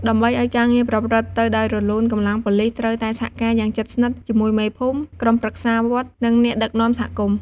ដើម្បីឱ្យការងារប្រព្រឹត្តទៅដោយរលូន កម្លាំងប៉ូលិសត្រូវតែសហការយ៉ាងជិតស្និទ្ធជាមួយមេភូមិ ក្រុមប្រឹក្សាវត្ត និងអ្នកដឹកនាំសហគមន៍។